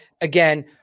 again